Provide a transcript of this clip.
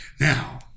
Now